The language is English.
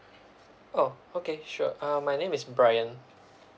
oh okay sure uh my name is brian